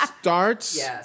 starts